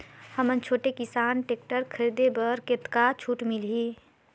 हमन छोटे किसान टेक्टर खरीदे बर कतका छूट मिलही?